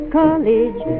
college